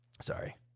sorry